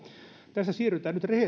tässä siirrytään nyt